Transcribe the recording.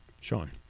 Sean